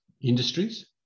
industries